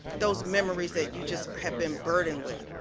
those memories that you just have been burdened with,